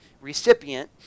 recipient